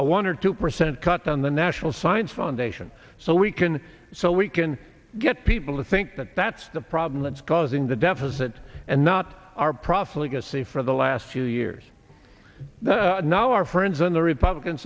a one or two percent cut down the national science foundation so we can so we can get people to think that that's the problem that's causing the deficit and not our prophecy for the last few years now our friends on the republican